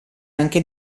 anche